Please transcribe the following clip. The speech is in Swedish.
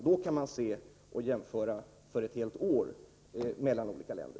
Då kan man jämföra uppgifterna för ett helt år och se hur stor vapenexporten har varit till olika länder.